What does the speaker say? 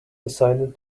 decided